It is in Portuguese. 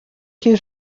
que